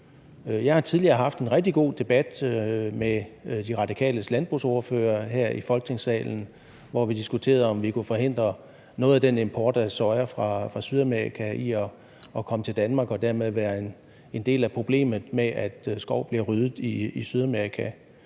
Jeg har tidligere haft en rigtig god debat med De Radikales landbrugsordfører her i Folketingssalen, hvor vi diskuterede, om vi kunne forhindre noget af den import af soja fra Sydamerika i at komme til Danmark, for importen er en del af problemet med at skov bliver ryddet i Sydamerika.